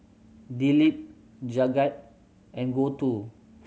Dilip Jagat and Gouthu